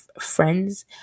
friends